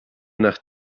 nach